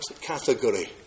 category